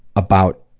about